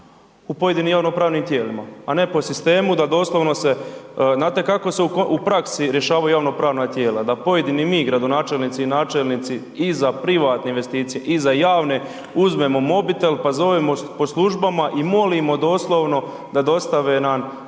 u pojedinim javnopravnim tijelima, a ne po sistemu da doslovno se, znate kako se u praksi rješavaju javnopravna tijela, da pojedini mi gradonačelnici i načelnici i za privatne investicije i za javne uzmemo mobitel pa zovemo po službama i molimo doslovno da dostave nam